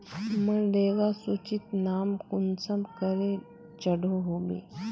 मनरेगा सूचित नाम कुंसम करे चढ़ो होबे?